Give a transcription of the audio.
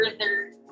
further